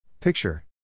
Picture